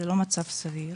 זה לא מצב סביר.